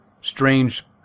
strange